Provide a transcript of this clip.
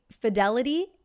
fidelity